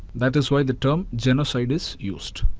that is why the term genocide is used.